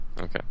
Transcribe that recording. Okay